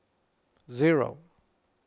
zero